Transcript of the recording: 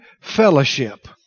fellowship